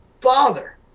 Father